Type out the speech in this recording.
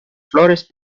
flores